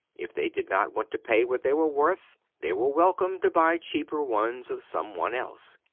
if they did not want to pay what they were worth, they were welcome to buy cheaper ones of some one else.